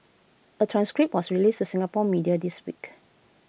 A transcript was released to Singapore's media this week